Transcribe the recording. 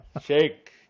shake